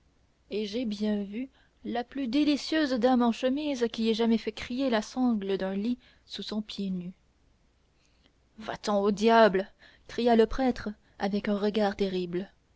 et j'ai bien vu la plus délicieuse dame en chemise qui ait jamais fait crier la sangle d'un lit sous son pied nu va-t'en au diable cria le prêtre avec un regard terrible